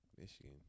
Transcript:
Michigan